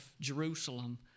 Jerusalem